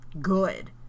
Good